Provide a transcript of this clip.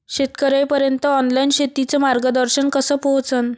शेतकर्याइपर्यंत ऑनलाईन शेतीचं मार्गदर्शन कस पोहोचन?